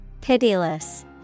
Pitiless